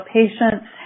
patients